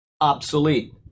obsolete